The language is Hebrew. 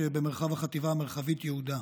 שבמרחב החטיבה המרחבית יהודה.